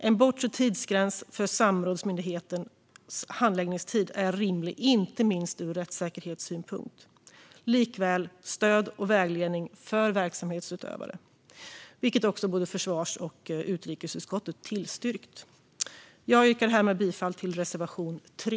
En bortre tidsgräns för samrådsmyndighetens handläggningstid är rimlig, inte minst ur rättssäkerhetssynpunkt. Den kan också ge stöd och vägledning för verksamhetsutövare, vilket både försvarsutskottet och utrikesutskottet tillstyrkt. Jag yrkar härmed bifall till reservation 3.